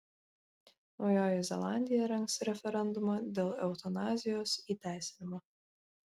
naujoji zelandija rengs referendumą dėl eutanazijos įteisinimo